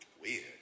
weird